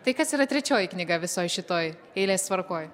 tai kas yra trečioji knyga visoj šitoj eilės tvarkoj